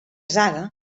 zaga